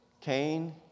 Cain